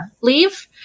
leave